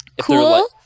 cool